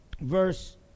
verse